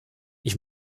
ich